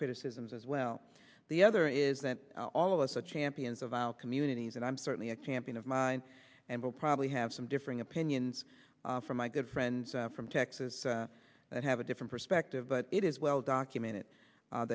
criticisms as well the other is that all of us are champions of our communities and i'm certainly a champion of mine and will probably have some differing opinions from my good friends from texas that have a different perspective but it is well documented